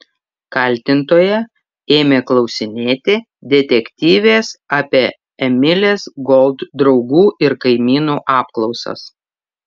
kaltintoja ėmė klausinėti detektyvės apie emilės gold draugų ir kaimynų apklausas